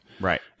Right